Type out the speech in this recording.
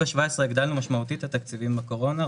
4.17, הגדלנו משמעותית את התקציבים בקורונה.